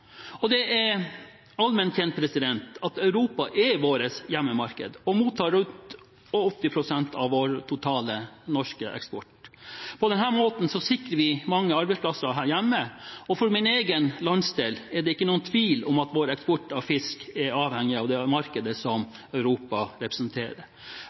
Det er allment kjent at Europa er vårt hjemmemarked og mottar rundt 80 pst. av total norsk eksport. På den måten sikrer vi mange arbeidsplasser her hjemme. For min egen landsdel er det ikke noen tvil om at vår eksport av fisk er avhengig av det markedet som Europa representerer.